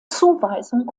zuweisung